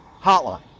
hotline